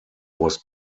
was